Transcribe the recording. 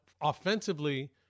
offensively